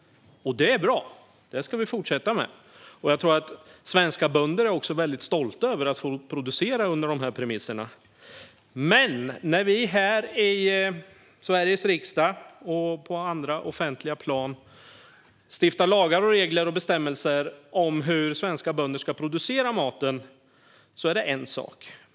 Det är bra, och det ska vi fortsätta med. Jag tror också att svenska bönder är stolta över att få producera på dessa premisser. När vi här i Sveriges riksdag och på andra offentliga plan stiftar lagar, regler och bestämmelser om hur svenska bönder ska producera maten är det dock en sak.